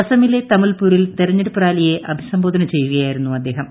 അസമിലെ തമുൽപൂരിൽ തെരഞ്ഞെടുപ്പ് റാലിയെ അഭിസംബോധന ചെയ്യുകയായിരുന്നു അദ്ദേഹം